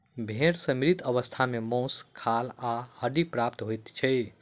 भेंड़ सॅ मृत अवस्था मे मौस, खाल आ हड्डी प्राप्त होइत छै